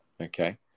Okay